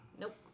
Nope